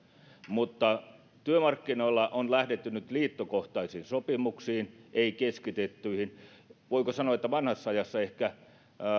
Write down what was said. mutta työmarkkinoilla on lähdetty nyt liittokohtaisiin sopimuksiin ei keskitettyihin voiko sanoa että vanhassa ajassa ehkä